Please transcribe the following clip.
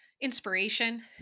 inspiration